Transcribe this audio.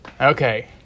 Okay